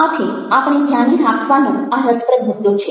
આથી આપણે ધ્યાને રાખવાનો આ રસપ્રદ મુદ્દો છે